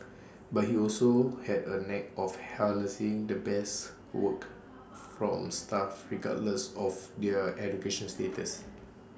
but he also had A knack of harnessing the best work from staff regardless of their education status